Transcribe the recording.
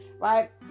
Right